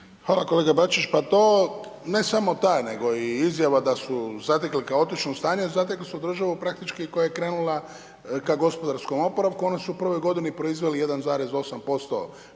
Hvala kolega Bačić, pa to, ne samo ta, neo i izjava da su ga zatekli u kaotičnom stanje, zatekli su državu praktički koja je krenula ka gospodarskom oporavku, oni su u prvoj godini proizveli 1,8%